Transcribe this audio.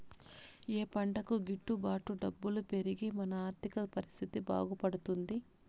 ఏ పంటకు గిట్టు బాటు డబ్బులు పెరిగి మన ఆర్థిక పరిస్థితి బాగుపడుతుంది?